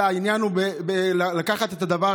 אלא העניין הוא לקחת את הדבר,